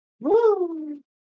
Woo